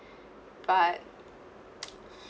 but